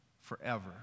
forever